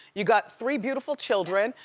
you got three beautiful children.